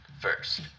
first